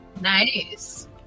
Nice